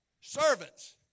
servants